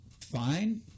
fine